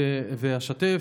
ואשתף.